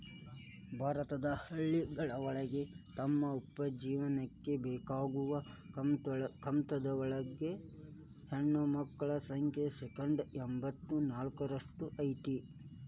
ಭಾರತದ ಹಳ್ಳಿಗಳೊಳಗ ತಮ್ಮ ಉಪಜೇವನಕ್ಕ ಬೇಕಾಗೋ ಕಮತದೊಳಗ ಹೆಣ್ಣಮಕ್ಕಳ ಸಂಖ್ಯೆ ಶೇಕಡಾ ಎಂಬತ್ ನಾಲ್ಕರಷ್ಟ್ ಐತಿ